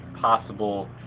possible